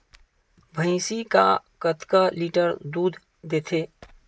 भंइसी हा कतका लीटर दूध देथे?